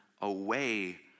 away